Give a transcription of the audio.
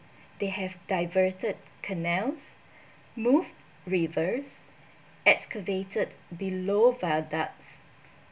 they have diverted canals moved rivers excavated below viaducts